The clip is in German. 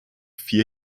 vier